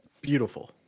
Beautiful